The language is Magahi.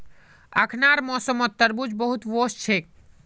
अखनार मौसमत तरबूज बहुत वोस छेक